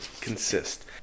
consist